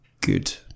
good